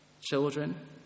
children